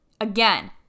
again